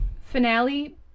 finale